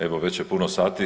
Evo već je puno sati.